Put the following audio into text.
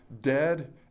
dead